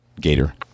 gator